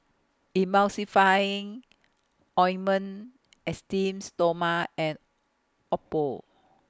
Emulsifying Ointment Esteem Stoma and Oppo